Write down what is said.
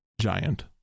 giant